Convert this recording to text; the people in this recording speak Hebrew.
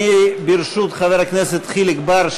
ברשות חבר הכנסת חיליק בר,